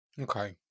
Okay